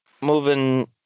moving